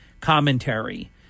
commentary